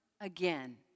again